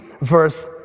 verse